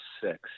six